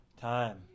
time